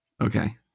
okay